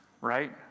right